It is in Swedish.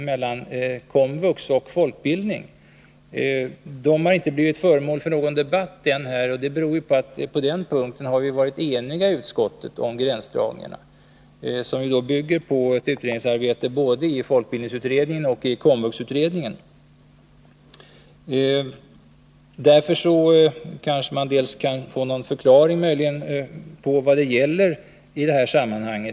Den frågan har ännu inte blivit föremål för debatt här i dag, och det beror på att vi i utskottet har varit eniga om gränsdragningarna, som bygger på utredningsarbete både i folkbildningsutredningen och i KOMVUX-utredningen. Kanske man kan få någon förklaring av vad det gäller i detta sammanhang.